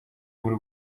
bw’u